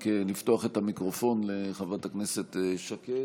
רק לפתוח את המיקרופון לחברת הכנסת שקד,